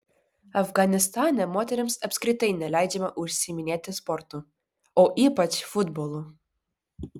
afganistane moterims apskritai neleidžiama užsiiminėti sportu o ypač futbolu